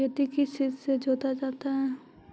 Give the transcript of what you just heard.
खेती किस चीज से जोता जाता है?